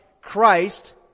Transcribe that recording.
Christ